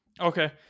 Okay